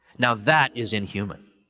now that is inhuman.